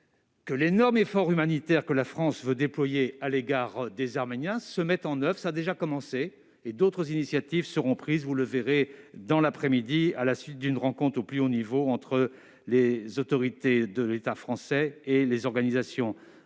que l'énorme effort humanitaire que la France veut déployer à l'égard des Arméniens se mette en oeuvre. Les opérations ont déjà commencé ; d'autres initiatives seront prises, vous le constaterez dans l'après-midi, à la suite d'une rencontre au plus haut niveau entre les autorités de l'État français, les ONG et la communauté arménienne